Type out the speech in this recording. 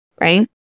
right